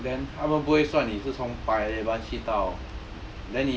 then 他们不会算你是从 paya lebar 去到